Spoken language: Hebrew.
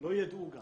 לא יידעו גם,